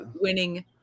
winning